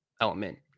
element